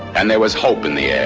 and there was hope in the yeah